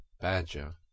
Badger